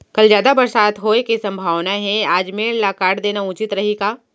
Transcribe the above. कल जादा बरसात होये के सम्भावना हे, आज मेड़ ल काट देना उचित रही का?